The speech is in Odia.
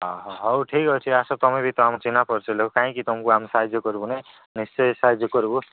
ଅ ହ ହଉ ଠିକ୍ ଅଛି ଆସ ତମେ ବି ତ ଆମ ଚିହ୍ନା ପରିଚ ଲୋକ କାହିଁକି ତମକୁ ଆମେ ସାହାଯ୍ୟ କରିବୁନି ନିଶ୍ଚୟ ସାହାଯ୍ୟ କରିବୁ